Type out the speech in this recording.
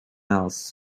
else